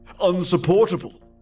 unsupportable